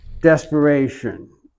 desperation